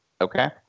okay